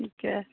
ਠੀਕ